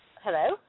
Hello